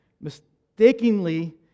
mistakenly